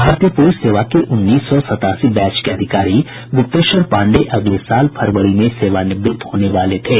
भारतीय पूलिस सेवा के उन्नीस सौ सतासी बैच के अधिकारी गुप्तेश्वर पांडेय अगले साल फरवरी में सेवानिवृत्त होने वाले थे